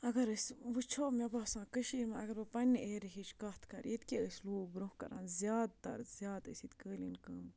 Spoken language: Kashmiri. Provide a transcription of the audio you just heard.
اگر أسۍ وٕچھو مےٚ باسان کٔشیٖرِ مہ اگر بہٕ پنٛنہِ ایرِہٕچ کَتھ کَرٕ ییٚتہِ کیٛاہ ٲسۍ لوٗکھ برونٛہہ کَران زیادٕ تر زیادٕ ٲسۍ ییٚتہِ قٲلیٖن کٲم کَران